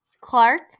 Clark